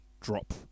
drop